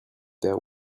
that